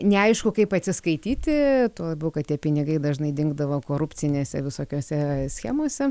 neaišku kaip atsiskaityti tuo labiau kad tie pinigai dažnai dingdavo korupcinėse visokiose schemose